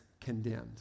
condemned